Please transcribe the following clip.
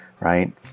right